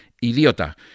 idiota